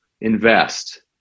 invest